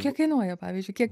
kiek kainuoja pavyzdžiui kiek